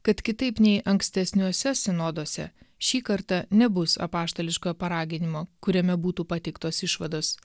kad kitaip nei ankstesniuose sinoduose šį kartą nebus apaštališkojo paraginimo kuriame būtų pateiktos išvados